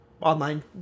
online